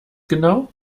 genau